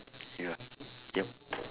ya yup